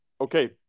Okay